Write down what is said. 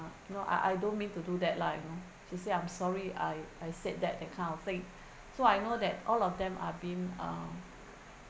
no I I don't mean to do that lah you know she said I'm sorry I I said that that kind of thing so I know that all of them are being uh